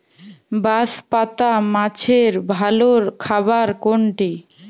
বাঁশপাতা মাছের ভালো খাবার কোনটি?